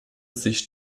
sich